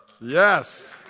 Yes